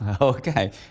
Okay